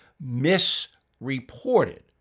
misreported